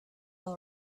all